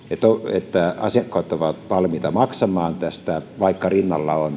että asiakkaat ovat valmiita maksamaan tästä vaikka rinnalla on julkinen työvoimapalvelu minusta tämä on